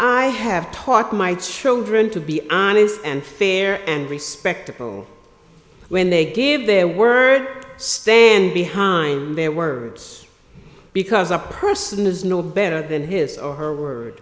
i have taught my children to be honest and fair and respectable when they give their word stand behind their words because a person is no better than his or her word